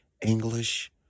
English